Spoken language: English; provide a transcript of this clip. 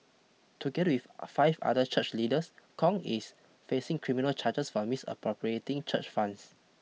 together with five other church leaders Kong is facing criminal charges for misappropriating church funds